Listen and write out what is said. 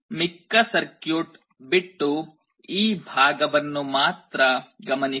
ಮಿಕ್ಕ ಸರ್ಕ್ಯುಟ್ ಬಿಟ್ಟು ಈ ಭಾಗವನ್ನು ಮಾತ್ರ ಗಮನಿಸಿ